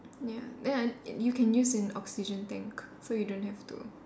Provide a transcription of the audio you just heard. ya ya I you can use an oxygen tank so you don't have to